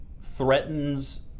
threatens